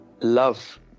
love